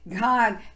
god